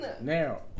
Now